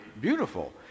beautiful